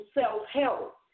self-help